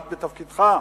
גם בתפקידך,